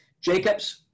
Jacobs